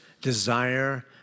desire